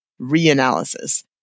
reanalysis